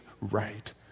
right